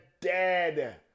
Dead